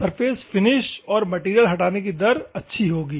surface finish और material हटाने की दर अच्छी होगी